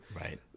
Right